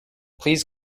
please